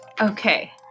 okay